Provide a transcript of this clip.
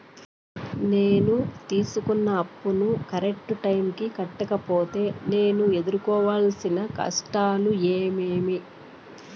నేను తీసుకున్న అప్పును కరెక్టు టైముకి కట్టకపోతే నేను ఎదురుకోవాల్సిన కష్టాలు ఏమీమి?